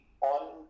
on